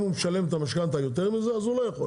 אם הוא משלם את המשכנתה יותר מזה, אז הוא לא יכול.